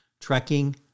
Trekking